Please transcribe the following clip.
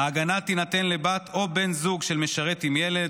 ההגנה תינתן לבת או בן הזוג של משרת עם ילד,